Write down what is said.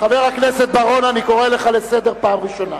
חבר הכנסת בר-און, אני קורא לך לסדר פעם ראשונה.